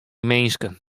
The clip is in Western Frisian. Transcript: minsken